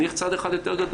אני אלך צעד אחד יותר גדול.